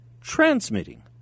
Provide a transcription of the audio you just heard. transmitting